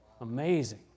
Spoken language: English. Amazing